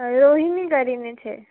રોહીણી કરીને છે